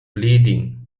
bleeding